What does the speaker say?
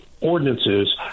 ordinances